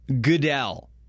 Goodell